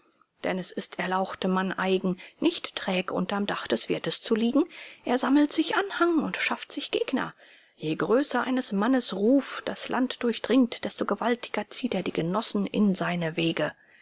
denn es ist erlauchtem mann eigen nicht träg unterm dach des wirtes zu liegen er sammelt sich anhang und schafft sich gegner je größer eines mannes ruf das land durchdringt desto gewaltiger zieht er die genossen in seine wege